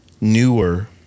newer